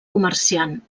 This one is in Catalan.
comerciant